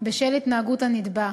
בשל התנהגות הנתבע.